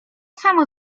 samo